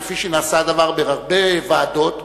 כפי שנעשה הדבר בהרבה ועדות,